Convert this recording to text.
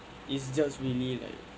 it's just really like